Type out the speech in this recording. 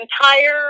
entire